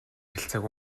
харилцааг